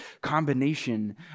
combination